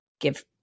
give